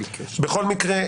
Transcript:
בכל מקרה,